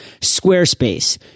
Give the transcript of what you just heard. Squarespace